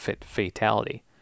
fatality